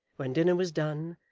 when dinner was done,